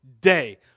day